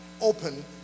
open